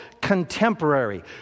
contemporary